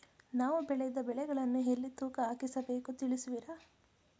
ನಾವು ಬೆಳೆದ ಬೆಳೆಗಳನ್ನು ಎಲ್ಲಿ ತೂಕ ಹಾಕಿಸಬೇಕು ತಿಳಿಸುವಿರಾ?